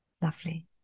Lovely